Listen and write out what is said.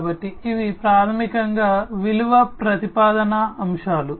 కాబట్టి ఇవి ప్రాథమికంగా విలువ ప్రతిపాదన అంశాలు